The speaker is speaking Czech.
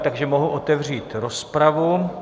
Takže mohu otevřít rozpravu.